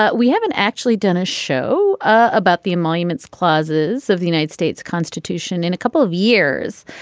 ah we haven't actually done a show about the emoluments clauses of the united states constitution in a couple of years.